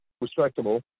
respectable